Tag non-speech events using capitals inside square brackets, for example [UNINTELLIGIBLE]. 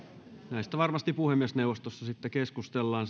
näistä varmasti puhemiesneuvostossa sitten keskustellaan [UNINTELLIGIBLE]